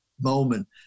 moment